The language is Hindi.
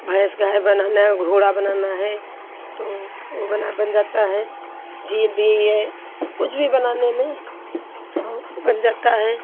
भैंस गाय बनाना है घोड़ा बनाना है तो वो बना बन जाता है झील भी है कुछ भी बनाने में कहो बन जाता है